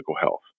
health